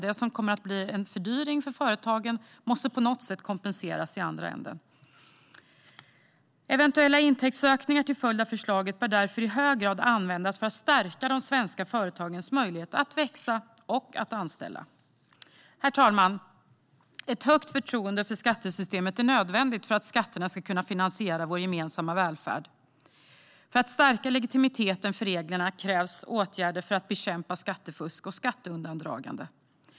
Det som kommer att bli en fördyring för företagen måste på något sätt kompenseras i den andra änden. Eventuella intäktsökningar till följd av förslaget bör därför användas i hög grad för att stärka de svenska företagens möjlighet att växa och anställa. Herr talman! Ett högt förtroende för skattesystemet är nödvändigt för att skatterna ska kunna finansiera vår gemensamma välfärd. För att stärka legitimiteten för reglerna krävs åtgärder för att bekämpa skattefusk och skatteundandragande.